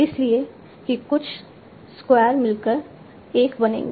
इसलिए कि कुछ स्क्वायर मिलकर 1 बनेंगे